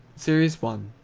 series one,